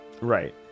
Right